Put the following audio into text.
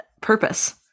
purpose